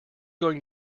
going